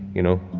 you know,